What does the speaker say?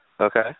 Okay